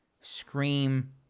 scream